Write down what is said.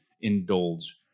indulge